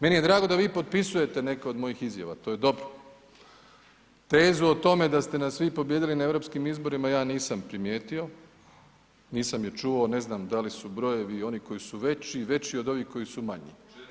Meni je drago da vi potpisujete neke od mojih izjava, to je dobro, tezu o tome da ste nas vi pobijedili na EU izborima ja nisam primijetio, nisam je čuo, ne znam da li su brojevi, oni koji su veći, veći od ovih koji su manji.